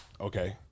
Okay